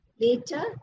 Later